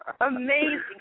Amazing